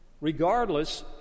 regardless